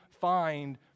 find